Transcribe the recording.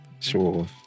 Sure